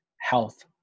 health